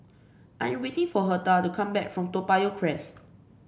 I am waiting for Hertha to come back from Toa Payoh Crest